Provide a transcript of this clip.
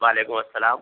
وعلیکم السلام